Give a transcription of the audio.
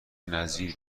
نظیر